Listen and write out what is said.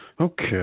okay